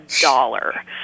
dollar